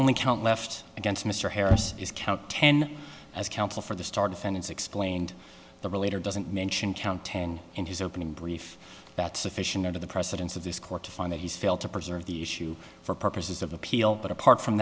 only count left against mr harris is count ten as counsel for the star defendants explained the relator doesn't mention count ten in his opening brief that's sufficient under the precedence of this court to find that he's failed to preserve the issue for purposes of appeal but apart from